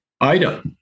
Ida